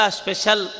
special